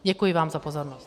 Děkuji vám za pozornost.